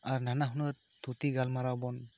ᱟᱨ ᱱᱟᱱᱟ ᱦᱩᱱᱟᱹᱨ ᱛᱷᱩᱛᱤ ᱜᱟᱞᱢᱟᱨᱟᱣ ᱵᱚᱱ